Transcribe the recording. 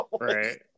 Right